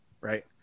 right